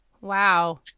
Wow